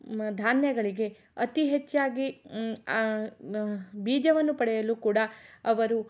ಧಾನ್ಯಗಳಿಗೆ ಅತೀ ಹೆಚ್ಚಾಗಿ ಬೀಜವನ್ನು ಪಡೆಯಲು ಕೂಡ ಅವರು